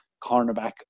cornerback